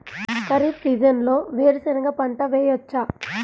ఖరీఫ్ సీజన్లో వేరు శెనగ పంట వేయచ్చా?